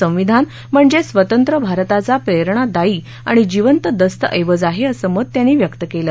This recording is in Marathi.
संविधान म्हणजे स्वतंत्र भारताचा प्रेरणादायी आणि जिवंत दस्तऐवज आहे असं मत त्यांनी व्यक्त केलं